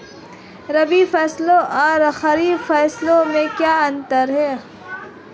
रबी फसलों और खरीफ फसलों में क्या अंतर है?